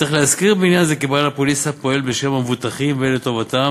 צריך להזכיר בעניין זה כי בעל הפוליסה פועל בשם המבוטחים ולטובתם,